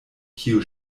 kiu